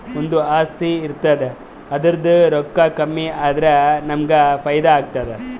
ಒಂದು ಆಸ್ತಿ ಇರ್ತುದ್ ಅದುರ್ದೂ ರೊಕ್ಕಾ ಕಮ್ಮಿ ಆದುರ ನಮ್ಮೂಗ್ ಫೈದಾ ಆತ್ತುದ